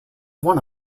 one